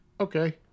Okay